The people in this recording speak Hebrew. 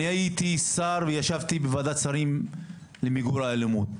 אני הייתי שר וישבתי בוועדת השרים למיגור האלימות.